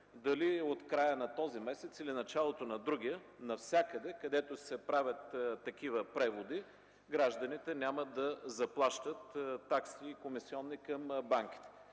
дали от края на този месец, или от началото на другия, навсякъде, където се правят такива преводи, гражданите няма да заплащат такси и комисионни към банките.